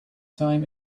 time